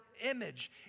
image